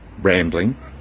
rambling